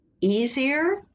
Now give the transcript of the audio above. easier